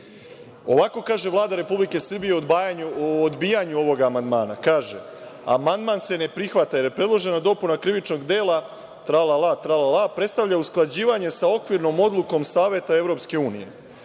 smrde. Ovako kaže Vlada Republike Srbije o odbijanju ovog amandmana– amandman se ne prihvata, jer predložena dopuna Krivičnog dela, tra-la-la, tra-la-la, prestavlja usklađivanje sa okvirnom odlukom Saveta EU,